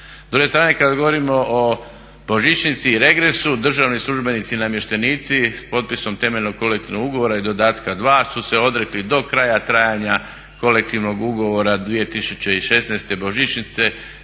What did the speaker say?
S druge strane, kad govorimo o božićnici i regresu, državni službenici i namještenici s potpisom temeljnog kolektivnog ugovora i dodatka 2 su se odrekli do kraja trajanja kolektivnog ugovora 2016. božićnice